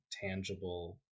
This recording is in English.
tangible